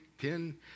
ten